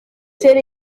tel